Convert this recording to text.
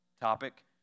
topic